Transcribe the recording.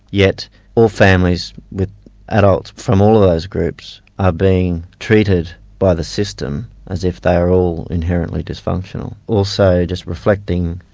yet all families with adults from all of those groups, are being treated by the system as if they are all inherently dysfunctional. also just reflecting,